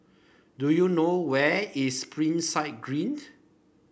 do you know where is Springside Green